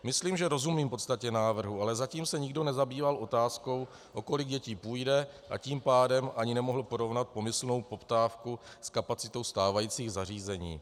Myslím, že rozumím podstatě návrhu, ale zatím se nikdo nezabýval otázkou, o kolik dětí půjde, a tím pádem ani nemohl porovnat pomyslnou poptávku s kapacitou stávajících zařízení.